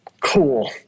Cool